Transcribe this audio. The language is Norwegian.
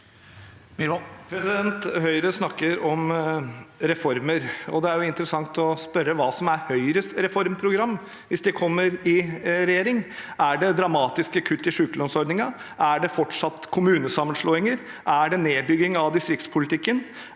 Høyre snak- ker om reformer, og det er jo interessant å spørre hva som er Høyres reformprogram hvis de kommer i regjering. Er det dramatiske kutt i sykelønnsordningen? Er det fortsatt kommunesammenslåinger? Er det nedbygging av distriktspolitikken?